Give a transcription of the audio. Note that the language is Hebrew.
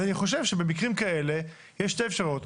אני חושב שבמקרים כאלה יש שתי אפשרויות,